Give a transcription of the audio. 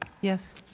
Yes